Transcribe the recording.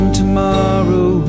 tomorrow